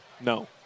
No